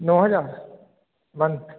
नौ हज़ार मंथ